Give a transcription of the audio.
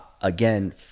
again